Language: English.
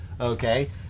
okay